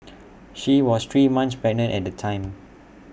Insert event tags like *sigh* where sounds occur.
*noise* she was three months pregnant at the time